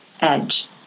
edge